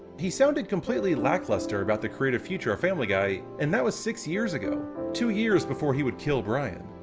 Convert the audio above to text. he sounded completely lackluster about the creative future of family guy, and that was six years ago, two years before he would kill brian.